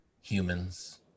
humans